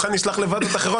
אותך נשלח לוועדות אחרות.